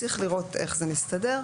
צריך לראות איך זה מסתדר.